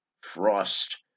frost